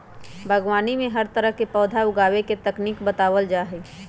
बागवानी में हर तरह के पौधा उगावे के तकनीक बतावल जा हई